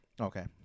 okay